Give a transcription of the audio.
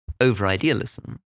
over-idealism